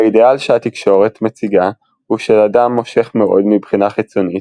האידיאל שהתקשורת מציגה הוא של אדם מושך מאוד מבחינה חיצונית,